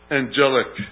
angelic